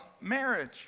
marriage